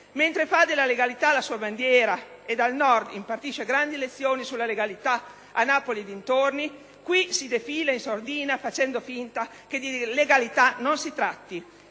Mentre fa della legalità la sua bandiera e dal Nord impartisce grandi lezioni sulla legalità a Napoli e dintorni, qui si defila in sordina facendo finta che di legalità non si tratti.